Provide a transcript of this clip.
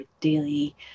daily